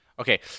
Okay